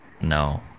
No